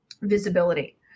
visibility